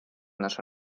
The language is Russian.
наша